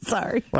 Sorry